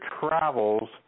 travels